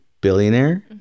billionaire